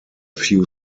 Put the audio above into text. few